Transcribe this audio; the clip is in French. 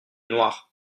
noirs